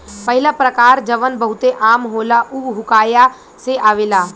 पहिला प्रकार जवन बहुते आम होला उ हुआकाया से आवेला